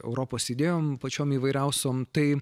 europos idėjom pačiom įvairiausiom tai